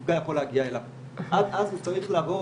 שהנפגע יכול להגיע אליו, עד אז הוא צריך לעבור